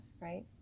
right